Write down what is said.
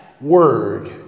word